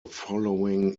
following